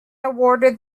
awarded